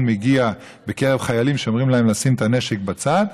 מגיע בקרב חיילים אומרים להם לשים את הנשק בצד,